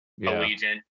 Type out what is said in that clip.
Allegiant